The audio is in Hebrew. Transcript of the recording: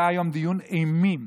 היה היום דיון אימים